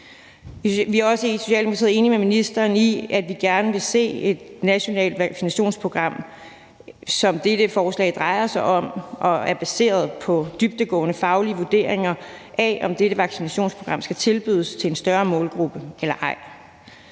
Vi er også i Socialdemokratiet enige med ministeren i, at vi gerne vil se et nationalt vaccinationsprogram – altså det, dette forslag drejer sig om – som er baseret på dybdegående faglige vurderinger af, om det skal tilbydes til en større målgruppe eller ej.